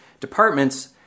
departments